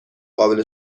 قابل